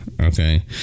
Okay